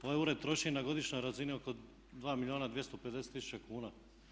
Ovaj ured troši na godišnjoj razini oko 2 milijuna 250 tisuća kuna.